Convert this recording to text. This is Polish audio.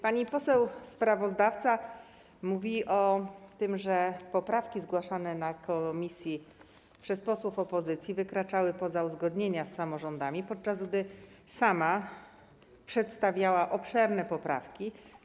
Pani poseł sprawozdawca mówiła o tym, że poprawki zgłaszane na posiedzeniu komisji przez posłów opozycji wykraczały poza uzgodnienia z samorządami, podczas gdy sama przedstawiała obszerne poprawki.